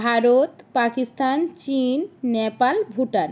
ভারত পাকিস্তান চিন নেপাল ভুটান